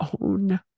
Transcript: own